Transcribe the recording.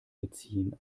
beziehen